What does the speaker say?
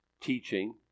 teaching